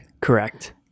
Correct